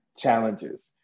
Challenges